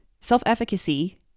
Self-efficacy